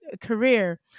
career